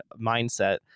mindset